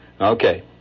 Okay